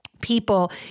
people